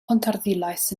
pontarddulais